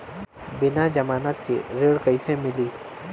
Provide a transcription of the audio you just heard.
बिना जमानत के ऋण कईसे मिली?